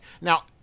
Now